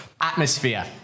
Atmosphere